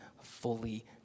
fully